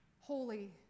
holy